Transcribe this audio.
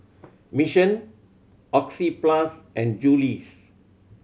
Mission Oxyplus and Julie's